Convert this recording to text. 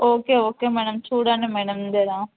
okay okay madam చూడండి madam జర